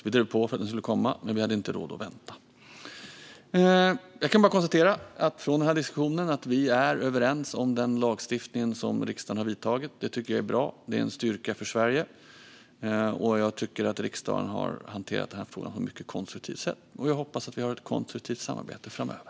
Vi drev på för att den skulle tas fram, men vi hade inte råd att vänta. Jag kan bara konstatera att diskussionen visar att vi är överens om den lagstiftning som riksdagen har stiftat. Det är bra, och det är en styrka för Sverige. Jag tycker att riksdagen har hanterat frågan på ett mycket konstruktivt sätt, och jag hoppas att vi kan ha ett konstruktivt samarbete framöver.